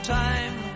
time